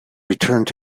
returned